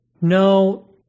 No